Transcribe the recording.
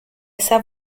esa